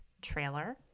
trailer